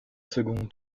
second